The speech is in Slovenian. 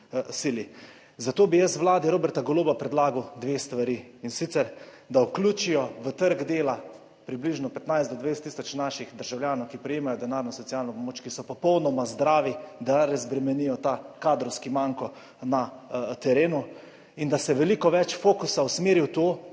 Zato bi jaz vladi Roberta Goloba predlagal dve stvari, in sicer, da vključijo v trg dela približno 15 do 20 tisoč naših državljanov, ki prejemajo denarno socialno pomoč, ki so popolnoma zdravi, da razbremenijo ta kadrovski manko na terenu in da se veliko več fokusa usmeri v to,